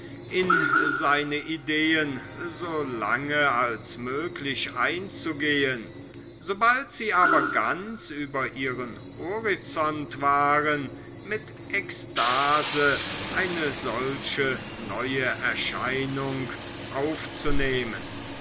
in seine ideen so lange als möglich einzugehen sobald sie aber ganz über ihren horizont waren mit ekstase eine solche neue erscheinung aufzunehmen